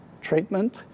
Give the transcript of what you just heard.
treatment